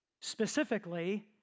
Specifically